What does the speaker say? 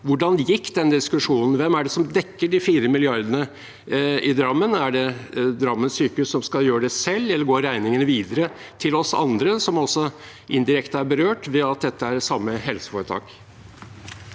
Hvordan gikk den diskusjonen? Hvem er det som dekker de 4 mrd. kr i Drammen? Er det Drammen sykehus som skal gjøre det selv, eller går regningen videre til oss andre, som indirekte er berørt ved at dette er samme helseforetak?